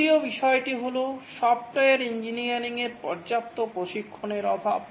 তৃতীয় বিষয়টি হল সফটওয়্যার ইঞ্জিনিয়ারিংয়ের পর্যাপ্ত প্রশিক্ষণের অভাব